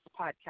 podcast